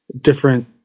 different